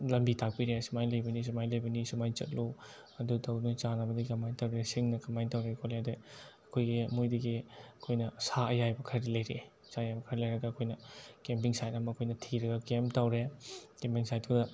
ꯂꯝꯕꯤ ꯇꯥꯛꯄꯤꯔꯛꯑꯦ ꯁꯨꯃꯥꯏꯅ ꯂꯩꯕꯅꯤ ꯁꯨꯃꯥꯏꯅ ꯂꯩꯕꯅꯤ ꯁꯨꯃꯥꯏꯅ ꯆꯠꯂꯨ ꯑꯗꯨ ꯇꯧ ꯅꯣꯏ ꯆꯥꯅꯕꯗꯤ ꯀꯃꯥꯏꯅ ꯇꯧꯔꯦ ꯁꯤꯡꯅ ꯀꯃꯥꯏꯅ ꯇꯧꯔꯦ ꯈꯣꯠꯂꯦ ꯑꯗꯒꯤ ꯑꯩꯈꯣꯏꯒꯤ ꯃꯣꯏꯗꯒꯤ ꯑꯩꯈꯣꯏꯅ ꯁꯥ ꯑꯌꯥꯏꯕ ꯈꯔꯗꯤ ꯂꯩꯔꯝꯑꯦ ꯁꯥ ꯑꯌꯥꯏꯕ ꯈꯔ ꯂꯩꯔꯝꯑꯒ ꯑꯩꯈꯣꯏꯅ ꯀꯦꯝꯄꯤꯡ ꯁꯥꯏꯠ ꯑꯃ ꯑꯩꯈꯣꯏꯅ ꯊꯤꯔꯒ ꯀꯦꯝꯞ ꯇꯧꯔꯦ ꯀꯦꯝꯄꯤꯡ ꯁꯥꯏꯠꯇꯨꯗ